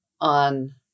on